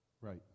Right